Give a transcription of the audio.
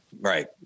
Right